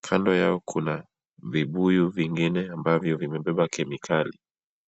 kando yao kuna vibuyu vingine ambavyo vimebeba kemikali.